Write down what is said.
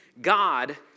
God